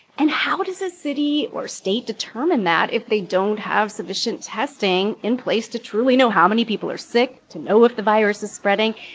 and how does a city or state determine that if they don't have sufficient testing in place to truly know how many people are sick, to know if the virus is spreading?